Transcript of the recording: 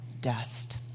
dust